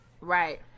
Right